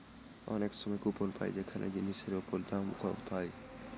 অনেক সময় কুপন পাই যেখানে জিনিসের ওপর দাম কম পায়